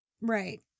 Right